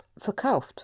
verkauft